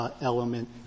Element